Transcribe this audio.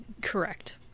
Correct